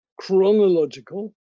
chronological